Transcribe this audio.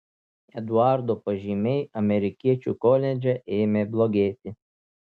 eduardo pažymiai amerikiečių koledže ėmė blogėti